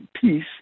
peace